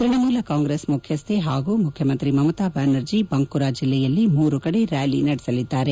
ತ್ಯಣಮೂಲ ಕಾಂಗ್ರೆಸ್ ಮುಖ್ಯಸ್ವೆ ಹಾಗೂ ಮುಖ್ಯಮಂತ್ರಿ ಮಮತಾ ಬ್ಲಾನರ್ಜಿ ಬಂಕುರಾ ಜಿಲ್ಲೆಯಲ್ಲಿ ಮೂರು ಕಡೆ ರ್ನಾಲಿ ನಡೆಸಲಿದ್ದಾರೆ